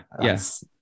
Yes